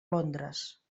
londres